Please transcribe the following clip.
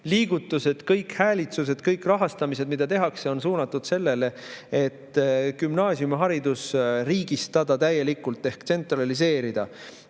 liigutused, kõik häälitsused, kõik rahastamised, mida tehakse, on suunatud sellele, et gümnaasiumiharidus riigistada täielikult ehk tsentraliseerida.